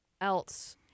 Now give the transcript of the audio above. else